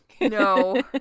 No